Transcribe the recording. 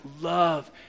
love